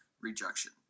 rejection